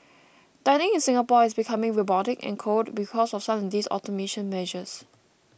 dining in Singapore is becoming robotic and cold because of some of these automation measures